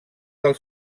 del